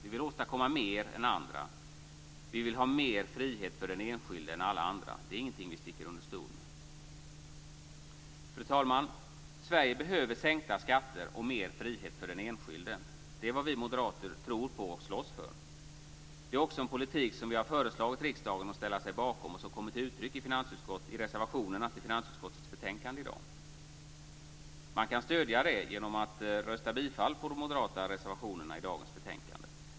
Vi vill åstadkomma mer än andra. Vi vill ha mer frihet för den enskilde än alla andra. Det är ingenting vi sticker under stol med. Fru talman! Sverige behöver sänkta skatter och mer frihet för den enskilde. Det är vad vi moderater tror på och slåss för. Det är också en politik vi har föreslagit riksdagen att ställa sig bakom och som kommer till uttryck i reservationerna till finansutskottets betänkande i dag. Man kan stödja den genom att rösta bifall till de moderata reservationerna i dagens betänkande.